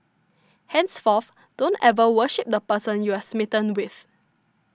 henceforth don't ever worship the person you're smitten with